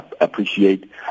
Appreciate